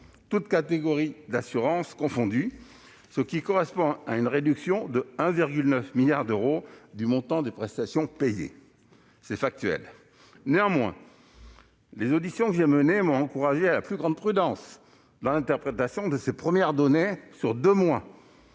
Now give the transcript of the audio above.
toutes catégories d'assurances non-vie confondues, ce qui correspond à une réduction de 1,9 milliard d'euros du montant des prestations payées- c'est factuel. Néanmoins, les auditions que j'ai menées m'ont encouragé à la plus grande prudence dans l'interprétation de ces premières données, obtenues sur deux mois.